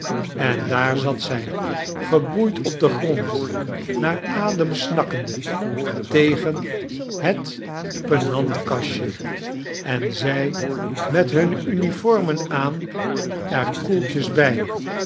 en daar zat zy geboeid op den grond naar adem snakkende tegen hetpenantkastje en zij met hunne uniformen aan er koeltjes bij